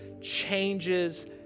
changes